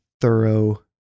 thorough